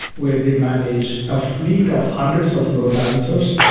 where they manage a fleet of hundreds of load balancers.